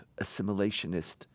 assimilationist